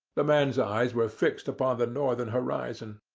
the man's eyes were fixed upon the northern horizon.